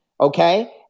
Okay